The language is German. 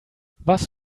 was